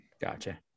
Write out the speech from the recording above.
gotcha